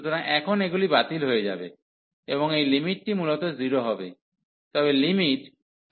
সুতরাং এখন এগুলি বাতিল হয়ে যাবে এবং এই লিমিটটি মূলত 0 হবে